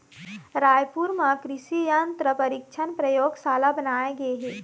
रायपुर म कृसि यंत्र परीक्छन परयोगसाला बनाए गे हे